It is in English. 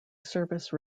service